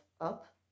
up